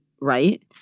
right